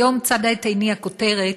היום צדה את עיניי הכותרת